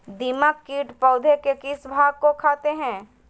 दीमक किट पौधे के किस भाग को खाते हैं?